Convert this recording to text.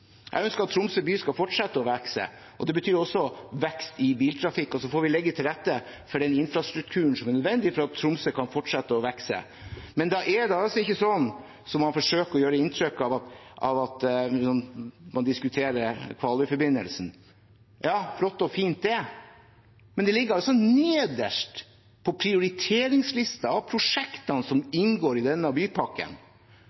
Jeg ønsker at Tromsø by skal fortsette å vokse, det betyr også vekst i biltrafikk, og så får vi legge til rette for den infrastrukturen som er nødvendig for at Tromsø kan fortsette å vokse. Men da er det altså ikke sånn som man forsøker å gi inntrykk av, at man diskuterer Kvaløyforbindelsen. Ja, flott og fint, det, men det ligger altså nederst på prioriteringslisten av prosjektene som